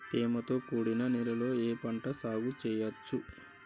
తేమతో కూడిన నేలలో ఏ పంట సాగు చేయచ్చు?